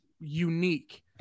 unique